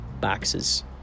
boxes